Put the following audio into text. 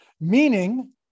meaning